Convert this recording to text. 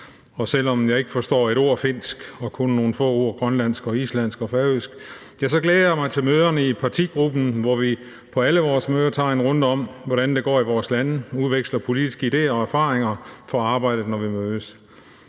Selv om jeg ikke forstår et ord finsk og kun nogle få ord grønlandsk og islandsk og færøsk, ja, så glæder jeg mig til møderne i partigruppen, hvor vi på alle vores møder tager en runde om, hvordan det går i vores lande, udveksler politiske idéer og erfaringer fra arbejdet, og til møderne